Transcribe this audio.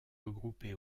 regroupée